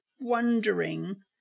wondering